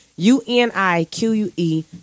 U-N-I-Q-U-E